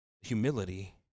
humility